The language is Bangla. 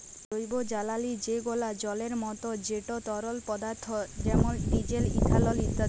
জৈবজালালী যেগলা জলের মত যেট তরল পদাথ্থ যেমল ডিজেল, ইথালল ইত্যাদি